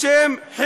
לא נעזוב את הבית.